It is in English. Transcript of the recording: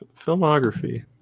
Filmography